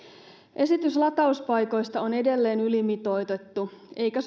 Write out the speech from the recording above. esitys latauspaikoista on edelleen ylimitoitettu eikä